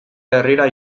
herrira